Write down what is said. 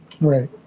Right